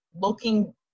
looking